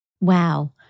Wow